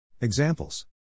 Examples